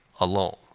alone